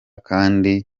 kandi